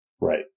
Right